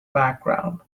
background